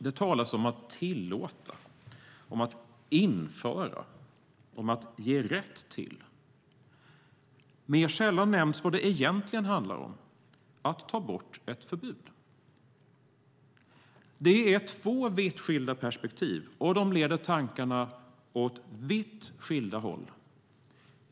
Det talas om att "tillåta", om att "införa", om att "ge rätt till". Mer sällan nämns vad det egentligen handlar om, att ta bort ett förbud. Det är två vitt skilda perspektiv, och de leder tankarna åt vitt skilda håll.